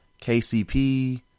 KCP